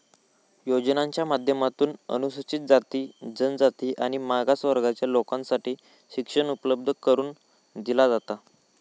योजनांच्या माध्यमातून अनुसूचित जाती, जनजाति आणि मागास वर्गाच्या लेकींसाठी शिक्षण उपलब्ध करून दिला जाता